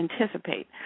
anticipate